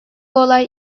olay